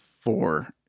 four